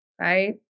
right